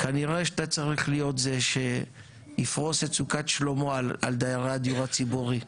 כנראה שאתה צריך להיות זה שיפרוש את סוכת שלמה על דיירי הדיור הציבורי,